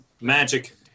Magic